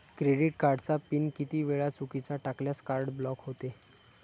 Credit कार्डचा PIN किती वेळा चुकीचा टाकल्यास कार्ड ब्लॉक होते?